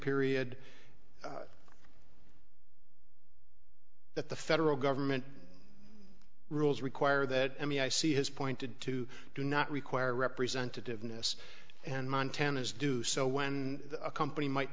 period that the federal government rules require that any i see has pointed to do not require representative innes and montanas do so when a company might